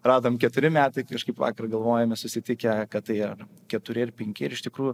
radom keturi metai kažkaip vakar galvojome susitikę kad tai ar keturi ar penki ir iš tikrųjų